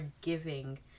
giving